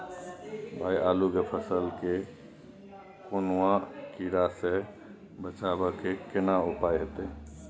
भाई आलू के फसल के कौनुआ कीरा से बचाबै के केना उपाय हैयत?